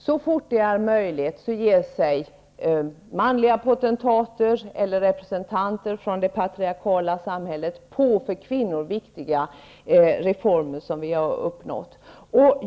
Så fort det är möjligt ger sig manliga potentater eller representanter för det patriarkala samhället på för kvinnor viktiga reformer som vi har genomfört.